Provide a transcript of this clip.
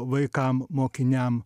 vaikam mokiniam